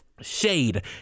Shade